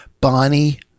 Bonnie